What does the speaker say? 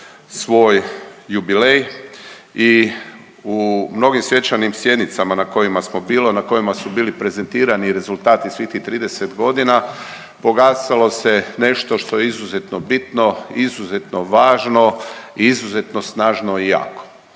svoj jubilej i u mnogim svečanim sjednicama na kojima smo bili, na kojima su bili prezentirani rezultati svih tih 30.g. pogasalo se nešto što je izuzetno bitno, izuzetno važno i izuzetno snažno i jako.